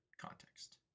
Context